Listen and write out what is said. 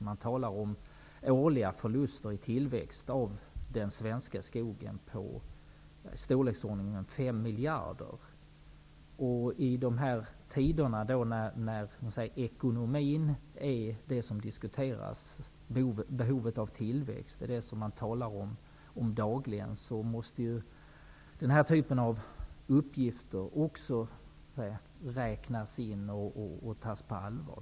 Man talar om årliga förluster i tillväxt av den svenska skogen på i storleksordningen 5 miljarder. I dessa tider, då ekonomin och behovet av tillväxt är det man talar om dagligen, måste denna typ av uppgifter också tas på allvar.